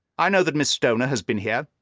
i know that miss stoner has been here.